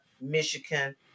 Michigan